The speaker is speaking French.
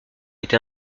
été